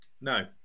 No